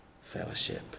fellowship